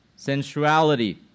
sensuality